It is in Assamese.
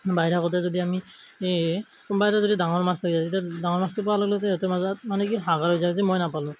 বাই থাকোতে যদি আমি কোনোবা এটাই যদি ডাঙৰ মাছ লাগি যায় তেতিয়া ডাঙৰ মাছটো পোৱাৰ লগে লগে সিহঁতৰ মাজত মানে কি হাহাকাৰ হৈ যায় যে মই নাপালোঁ